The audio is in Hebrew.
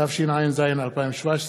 התשע"ז 2017,